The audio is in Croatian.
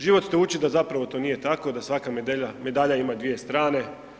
Život te uči da zapravo to nije tako, da svaka medalja ima dvije strane.